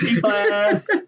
class